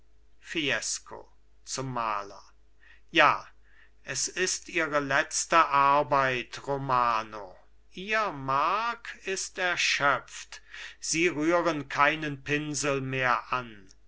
fiesco zum maler ja es ist ihre letzte arbeit romano ihr mark ist erschöpft sie rühren keinen pinsel mehr an